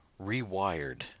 rewired